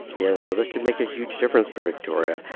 yeah. so this could make a huge difference for victoria.